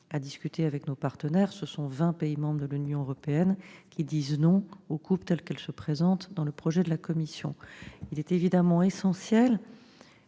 discuter avec nos partenaires, et vingt pays membres de l'Union européenne disent « non » aux coupes telles qu'elles se présentent dans le projet de la Commission. Il est évidemment essentiel de